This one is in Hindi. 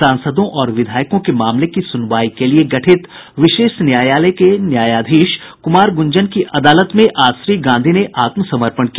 सांसदों और विधायकों के मामले की सुनवाई के लिए गठित विशेष न्यायालय के न्यायाधीश कुमार गुंजन की अदालत में आज श्री गांधी ने आत्मसमर्पण किया